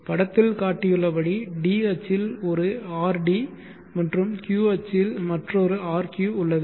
படத்தில் காட்டப்பட்டுள்ளபடி d அச்சில் ஒரு rd மற்றும் q அச்சில் மற்றொரு rq உள்ளது